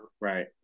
Right